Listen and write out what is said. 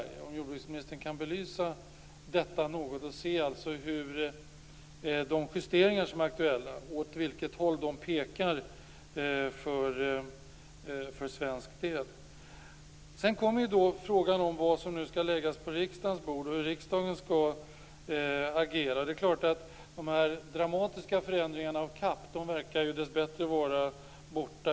Det vore bra om jordbruksministern något kunde belysa åt vilket håll de justeringar som är aktuella pekar för svensk del. Sedan kommer då frågan om vad som skall läggas på riksdagens bord och hur riksdagen skall agera. De dramatiska förändringarna av CAP verkar dessbättre ha försvunnit.